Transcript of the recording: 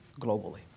globally